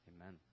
Amen